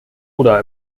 oder